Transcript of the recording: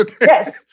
Yes